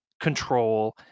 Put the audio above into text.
Control